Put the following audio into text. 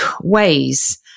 ways